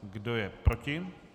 Kdo je proti?